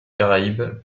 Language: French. caraïbes